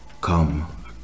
come